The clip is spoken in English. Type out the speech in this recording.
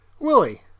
Willie